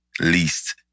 least